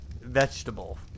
vegetable